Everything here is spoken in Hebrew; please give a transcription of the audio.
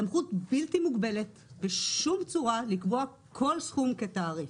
סמכות בלתי מוגבלת בשום צורה לקבוע כל סכום כתעריף.